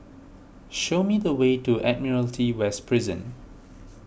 show me the way to Admiralty West Prison